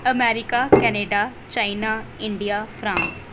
America Canada China India France